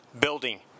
building